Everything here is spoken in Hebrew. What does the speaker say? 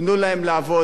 תנו להם לעבוד.